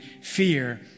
fear